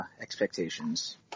expectations